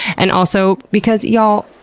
and also because, y'all,